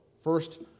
first